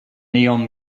neon